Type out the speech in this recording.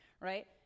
right